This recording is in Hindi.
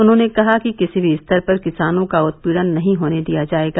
उन्होंने कहा कि किसी भी स्तर पर किसानों का उत्पीड़न नही होने दिया जायेगा